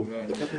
התש"ף 2020 (פ/1219)